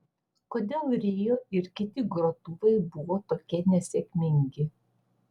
kodėl rio ir kiti grotuvai buvo tokie nesėkmingi